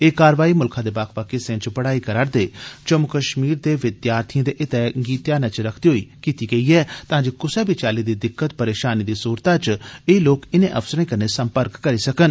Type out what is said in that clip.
एह् कारवाई मुल्खै दे बक्ख बक्ख हिस्से च पढ़ाई करा'रदे जम्मू कष्मीर दे विद्यार्थिएं दे हितै च कीती गेई ऐ तां जे कुसै बी चाल्ली दी दिक्कत परेषानी दी सूरतै च एह् लोक इनें अफसरें कन्नै संपर्क करी सकन